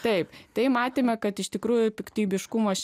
taip tai matėme kad iš tikrųjų piktybiškumas